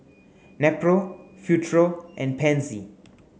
Nepro Futuro and Pansy